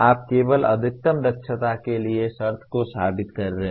आप केवल अधिकतम दक्षता के लिए शर्त को साबित कर रहे हैं